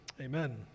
Amen